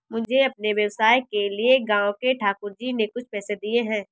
मुझे अपने व्यवसाय के लिए गांव के ठाकुर जी ने कुछ पैसे दिए हैं